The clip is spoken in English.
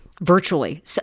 virtually